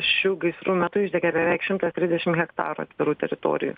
šių gaisrų metu išdegė beveik šimtas trisdešim hektarų atvirų teritorijų